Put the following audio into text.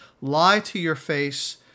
lie-to-your-face